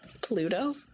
Pluto